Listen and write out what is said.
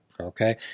Okay